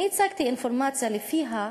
הצגתי אינפורמציה שלפיה,